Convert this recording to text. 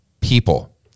people